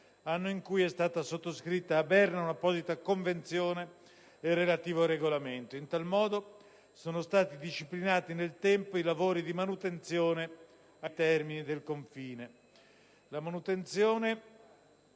anno in cui è stata sottoscritta a Berna un'apposita Convenzione e il relativo regolamento. In tal modo sono stati disciplinati nel tempo i lavori di manutenzione ai termini del confine. La manutenzione